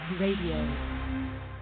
Radio